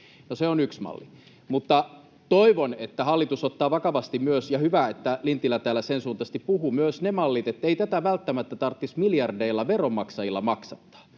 se on yksi malli. Mutta toivon, että hallitus ottaa vakavasti myös — ja hyvä, että Lintilä täällä sen suuntaisesti puhui — ne mallit, ettei tätä välttämättä tarvitsisi miljardeilla veronmaksajilla maksattaa.